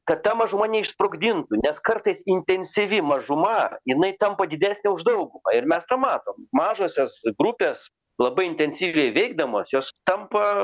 kad ta mažuma neišsprogdintų nes kartais intensyvi mažuma jinai tampa didesnė už daugumą ir mes tą matom mažosios grupės labai intensyviai veikdamos jos tampa